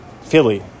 Philly